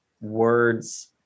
words